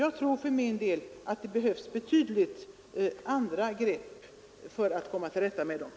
Jag tror för min del att det behövs helt andra grepp för detta.